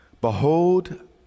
Behold